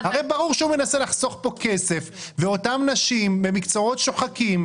הרי ברור שהוא מנסה לחסוך כאן כסף ואותן נשים במקצועות שוחקים,